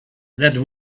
that